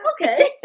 Okay